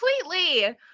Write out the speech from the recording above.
completely